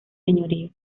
señorío